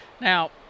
Now